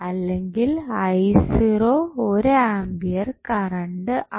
അല്ലെങ്കിൽ ഒരു ampere current ആയും